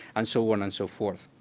and so on and so forth.